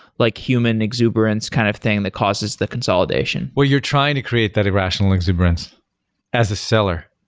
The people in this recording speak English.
like human exuberance kind of thing that causes the consolidation? well, you're trying to create that irrational exuberance as the seller.